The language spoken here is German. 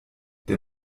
der